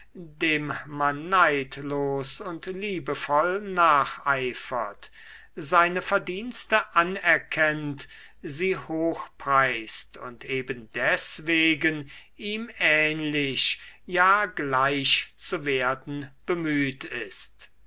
dem man neidlos und liebevoll nacheifert seine verdienste anerkennt sie hochpreist und eben deswegen ihm ähnlich ja gleich zu werden bemüht ist